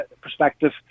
perspective